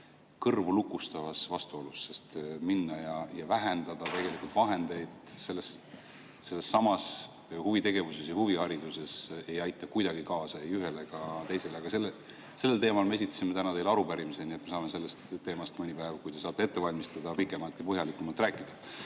kõrvulukustavas vastuolus, sest minna ja vähendada tegelikult vahendeid sellessamas huvitegevuses ja huvihariduses ei aita kuidagi kaasa ei ühele ega teisele. Aga sellel teemal me esitasime täna teile arupärimise, nii et me saame sellest teemast mõni päev, kui te saate ette valmistada, pikemalt ja põhjalikumalt rääkida. Aga